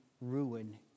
ruin